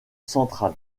central